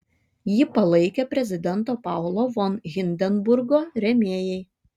jį palaikė prezidento paulo von hindenburgo rėmėjai